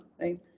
right